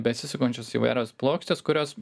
besisukančios įvairios plokštės kurios